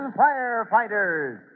firefighters